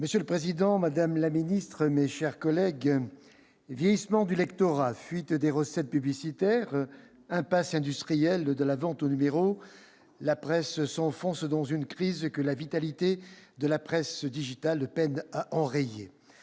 Monsieur le président, madame la ministre, mes chers collègues, vieillissement du lectorat, fuite des recettes publicitaires, impasse industrielle de la vente au numéro, la presse s'enfonce dans une crise que la vitalité de la presse digitale peine à enrayer.